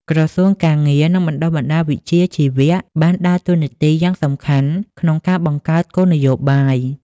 ក្រសួងការងារ និងបណ្តុះបណ្តាលវិជ្ជាជីវៈ បានដើរតួនាទីយ៉ាងសំខាន់ក្នុងការបង្កើតគោលនយោបាយ។